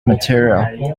material